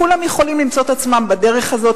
כולם יכולים למצוא את עצמם בדרך הזאת,